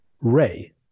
Ray